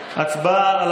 להצבעה,